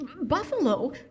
Buffalo